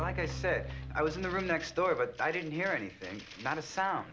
like i said i was in the room next door but i didn't hear anything